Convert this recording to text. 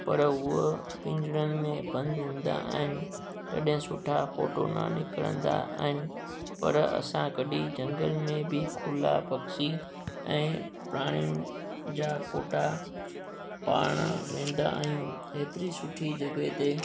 पर उहा पिंजरनि में बंदि हूंदा आहिनि तॾहिं सुठा फ़ोटो न निकिरंदा आहिनि पर असां कॾहिं झंगल में बि खुला पखी ऐं प्राणियुनि जा फ़ोटा पाणण वेंदा आहियूं एतिरी सुठी जॻह ते